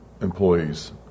employees